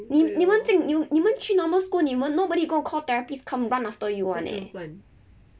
你你们进你你们去 normal school 你们 nobody gonna call therapist come and run after you [one] eh